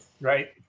right